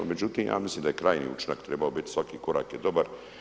Međutim, ja mislim da je krajnji učinak trebao biti, svaki korak je dobar.